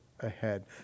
ahead